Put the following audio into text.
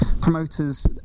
promoters